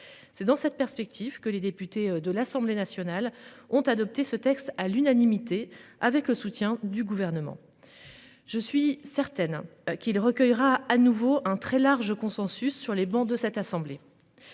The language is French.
C'est dans cette perspective que les députés de l'Assemblée nationale ont adopté ce texte à l'unanimité, avec le soutien du gouvernement. Je suis certaine qu'il recueillera à nouveau un très large consensus sur les bancs de cette assemblée.